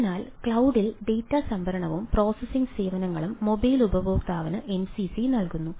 അതിനാൽ ക്ലൌഡിൽ ഡാറ്റ സംഭരണവും പ്രോസസ്സിംഗ് സേവനങ്ങളും മൊബൈൽ ഉപയോക്താവിന് എംസിസി നൽകുന്നു